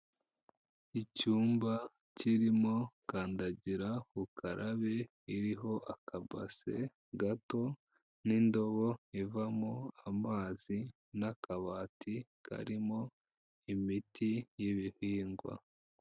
Icyumba kirimo kandagira ukarabe iriho akabase gato n'indobo ivamo amazi n'akabati karimo imiti y'ibihingwa.